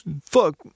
fuck